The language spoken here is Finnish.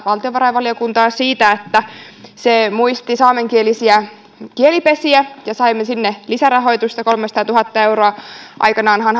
valtiovarainvaliokuntaa siitä että se muisti saamenkielisiä kielipesiä ja saimme sinne lisärahoitusta kolmesataatuhatta euroa aikanaanhan